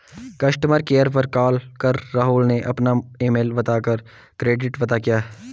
customer care पर call कर राहुल ने अपना ईमेल बता कर क्रेडिट पता किया